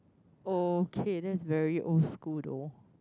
okay that's very old school though